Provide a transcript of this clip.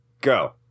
Go